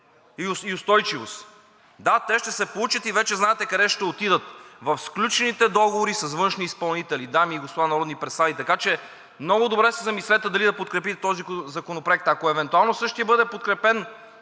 и устойчивост. Да, те ще се получат и вече знаете къде ще отидат – в сключените договори с външни изпълнители. Така че, дами и господа народни представители, много добре се замислете дали да подкрепите този законопроект. Ако евентуално същият бъде подкрепен